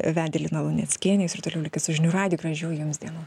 vedė lina luneckienė jūs ir toliau likit su žinių radiju gražių jums dienų